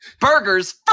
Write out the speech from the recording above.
Burgers